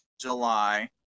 july